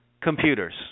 computers